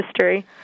history